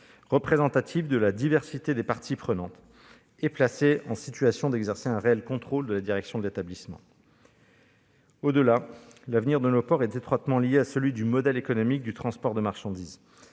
représentatives de la diversité des parties prenantes et placées en situation d'exercer un réel contrôle de la direction de l'établissement. Au-delà, l'avenir de nos ports est étroitement lié à celui du modèle économique du transport de marchandises,